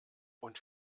und